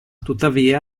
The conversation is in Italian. tuttavia